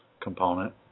component